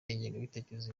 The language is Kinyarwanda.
n’ingengabitekerezo